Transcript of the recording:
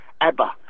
Abba